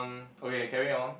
um carry on